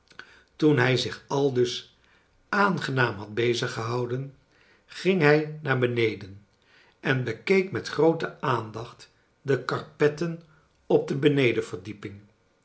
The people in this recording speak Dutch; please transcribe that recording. toen hij zich aldus aangenaam had bezig gehonden ging hij naar beneden en bekeek met groote aandacht de karpetten op de benedenverdieping